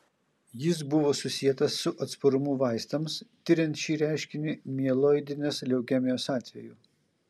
jis buvo susietas su atsparumu vaistams tiriant šį reiškinį mieloidinės leukemijos atveju